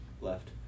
left